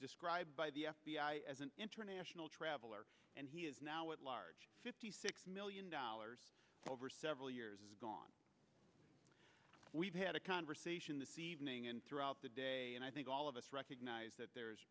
described by the f b i as an international traveler and he is now at large fifty six million dollars over several years has gone we've had a conversation the seasoning and throughout the day and i think all of us recognize that